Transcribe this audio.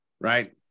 right